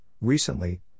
Recently